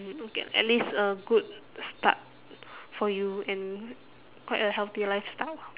you get at least a good start for you and quite a healthy lifestyle